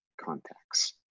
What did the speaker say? contacts